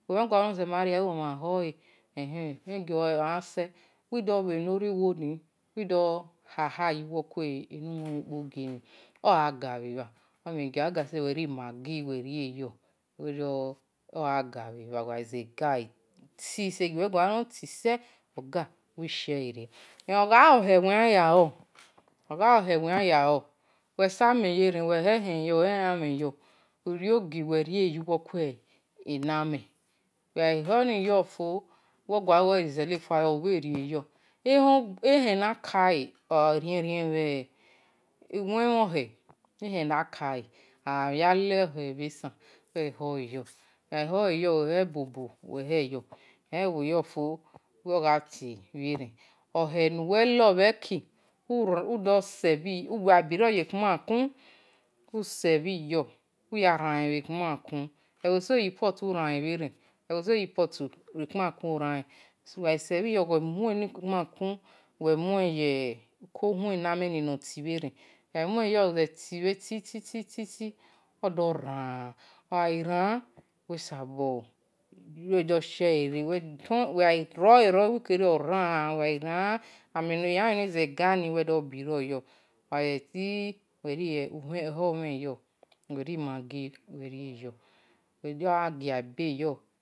Uwe mha gualor no gha ria uwi mama hohe omhe-egio yan se enu-win mhin kpogi-ni uwi do-gha-gha yo ogha ga bhe-bha omhen gio-yan ga se, uwe ri-maggi yo ogha zetii omhen egio-yan tii seee uwe shie re, ogha-ye ohele uwe khian yan lor uwi samen ye-ren usamen yo orio gi uwe rie-yenu uwe kuamen, uwe gha rie yo for uwiri-izena fua yo, ehen nakale eya lohele, ohe rien rien bhe esan awi he ibo-bo yo ohele nuwe lobheki uwe bero ye ekpama ku, uwe sebhi yo yaralen bhe kpama ku, eni ekpamakin uwe muye uko khun amen noti bhe-ren ogha ze tere ti ti ti odoran, ogha ran uwi sabo abo shie-re ogha ran, elamhen ze gani uwi do burel yo ogha ti uho-umhen yo uri maggi yo uwe do ghia ebe yo.